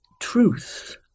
truth